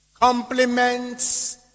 compliments